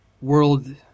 world